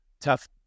tough